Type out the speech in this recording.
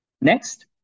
Next